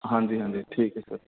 ਹਾਂਜੀ ਹਾਂਜੀ ਠੀਕ ਹੈ ਸਰ